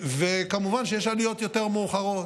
וכמובן יש עליות יותר מאוחרות.